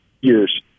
years